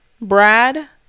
Brad